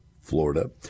Florida